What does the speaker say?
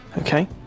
Okay